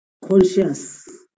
conscious